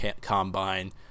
combine